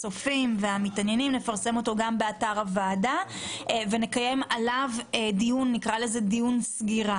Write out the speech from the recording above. הצופים והמתעניינים ונפרסם אותו גם באתר הוועדה ונקיים עליו דיון סגירה.